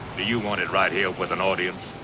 do you want it right here with an audience?